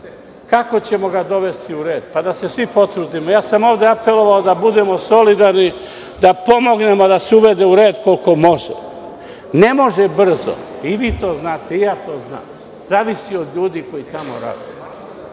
Kako ćemo ga dovesti u red? Pa da se svi potrudimo. Ovde sam apelovao da ako budemo solidarni, pomognemo da se uvede u red, koliko može. Ne može brzo. Vi to znate, ja to znam. To zavisi od ljudi koji tamo rade.